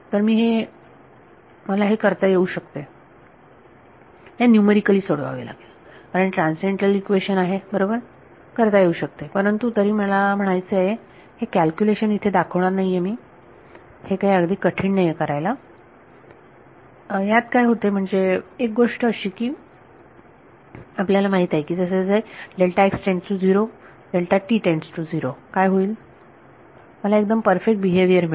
तर हे करता येऊ शकते हे न्यूमरिकली सोडवावे लागेल कारण हे ट्रान्सनडेंटल इक्वेशन आहे बरोबर करता येऊ शकते परंतु तरी म्हणायचं मला हे कॅल्क्युलेशन इथे दाखवणार नाहीये हे काही अगदी कठीण नाहीये करायला ह्यात काय होते म्हणजे एक गोष्ट ही आहे की आपल्याला माहीत आहे की जसे जसे होईल मला एकदम परफेक्ट बिहेवियर मिळेल